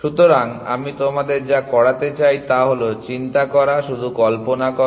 সুতরাং আমি তোমাদের যা করাতে চাই তা হল চিন্তা করা শুধু কল্পনা করো